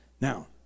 now